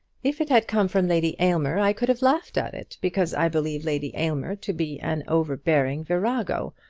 if it had come from lady aylmer i could have laughed at it, because i believe lady aylmer to be an overbearing virago,